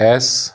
S